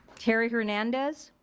teri hernandez.